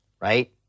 right